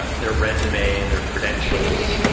but their resume and their credentials,